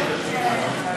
הזאת,